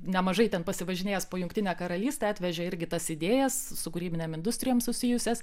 nemažai ten pasivažinėjęs po jungtinę karalystę atvežė irgi tas idėjas su kūrybinėm industrijom susijusias